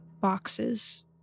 boxes